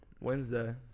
Wednesday